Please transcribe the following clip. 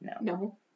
No